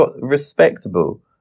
Respectable